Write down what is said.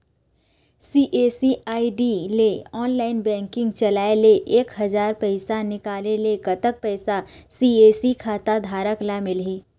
CSC ID ले online banking चलाए ले एक हजार पैसा निकाले ले कतक पैसा सी.एस.सी खाता धारक ला मिलही?